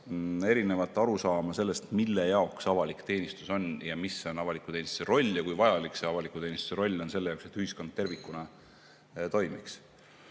erinevat arusaama sellest, mille jaoks avalik teenistus on ja mis on avaliku teenistuse roll ja kui vajalik on avaliku teenistuse roll selle jaoks, et ühiskond tervikuna toimiks.